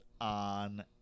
on